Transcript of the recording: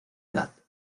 edad